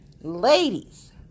ladies